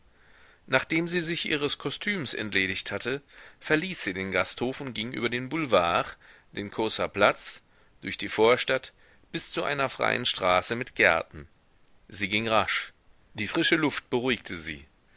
nachdem sie sich ihres kostüms entledigt hatte verließ sie den gasthof und ging über den boulevard den causer platz durch die vorstadt bis zu einer freien straße mit gärten sie ging rasch die frische luft beruhigte sie